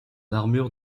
armure